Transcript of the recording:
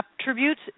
attributes